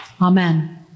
Amen